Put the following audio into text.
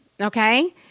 Okay